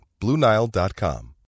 BlueNile.com